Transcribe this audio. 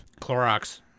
Clorox